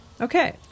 Okay